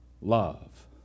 love